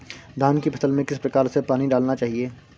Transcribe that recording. धान की फसल में किस प्रकार से पानी डालना चाहिए?